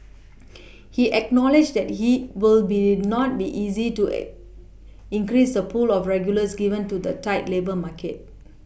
he acknowledged that he will be not be easy to increase the pool of regulars given to the tight labour market